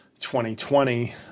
2020